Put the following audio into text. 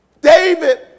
David